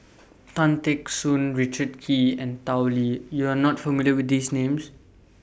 Tan Teck Soon Richard Kee and Tao Li YOU Are not familiar with These Names